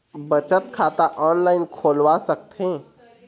बचत खाता ऑनलाइन खोलवा सकथें?